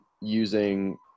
using